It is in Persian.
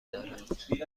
دارد